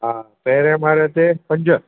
हा पहिरें माड़े ते पंज